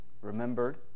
remembered